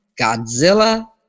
Godzilla